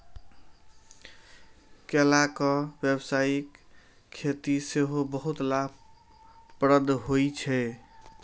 केलाक व्यावसायिक खेती सेहो बहुत लाभप्रद होइ छै